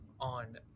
on